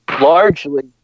largely